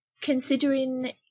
considering